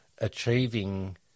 achieving